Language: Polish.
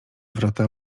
wrota